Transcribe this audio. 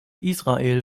israel